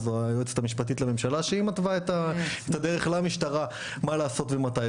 זאת היועצת המשפטית לממשלה שהיא מתווה את הדרך למשטרה מה לעשות ומתי.